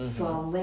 mmhmm